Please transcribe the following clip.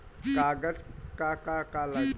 कागज का का लागी?